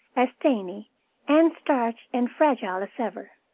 as dainty and starched and fragile as ever.